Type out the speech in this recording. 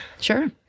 Sure